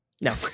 No